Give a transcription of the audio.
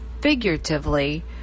figuratively